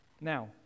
Now